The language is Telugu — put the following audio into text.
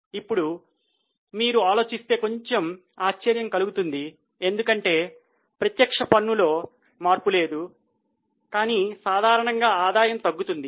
ఇప్పుడు మీరు ఆలోచిస్తే కొంచెం ఆశ్చర్యం కలుగుతుంది ఎందుకంటే ప్రత్యక్ష పన్ను లో మార్పు లేదు కానీ సాధారణంగా ఆదాయం తగ్గుతుంది